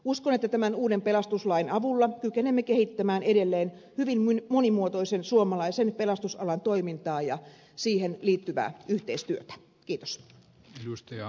uskon että tämän uuden pelastuslain avulla kykenemme kehittämään edelleen hyvin monimuotoisen suomalaisen pelastusalan toimintaa ja siihen liittyvää yhteistyötä